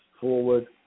forward